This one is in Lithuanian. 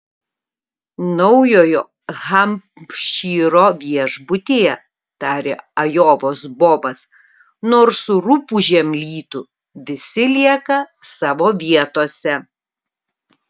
naujojo hampšyro viešbutyje tarė ajovos bobas nors rupūžėm lytų visi lieka savo vietose